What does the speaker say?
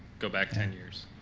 go back ten years?